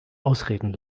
ausreden